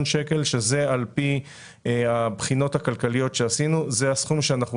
שקלים שעל פי הבחינות הכלכליות שעשינו זה הסכום שאנחנו